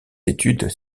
études